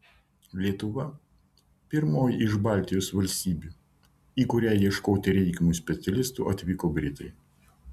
lietuva pirmoji iš baltijos valstybių į kurią ieškoti reikiamų specialistų atvyko britai